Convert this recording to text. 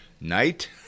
night